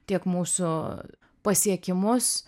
tiek mūsų pasiekimus